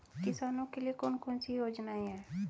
किसानों के लिए कौन कौन सी योजनाएं हैं?